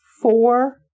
four